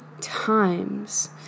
times